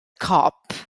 cop